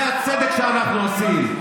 זה הצדק שאנחנו עושים.